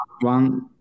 one